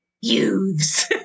Youths